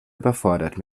überfordert